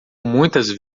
muitas